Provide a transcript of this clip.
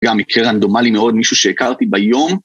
גם מקרה רנדומלי מאוד, מישהו שהכרתי ביום.